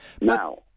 Now